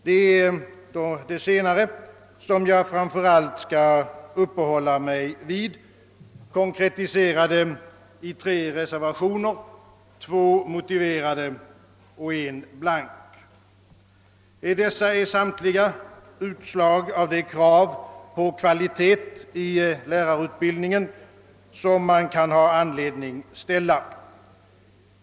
Det är de senare som jag framför allt skall uppehålla mig vid, konkretiserade till tre reservationer, två motiverade och en blank. Dessa är samtliga utslag av de krav på kvalitet i lärarutbildningen, som man kan ha anledning att ställa.